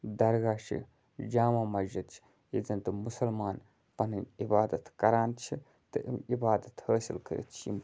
درگاہ چھِ جامع مسجِد چھِ ییٚتہِ زَن تہٕ مسلمان پَنٕنۍ عبادت کَران چھِ تہٕ عبادت حٲصِل کٔرِتھ چھِ یِم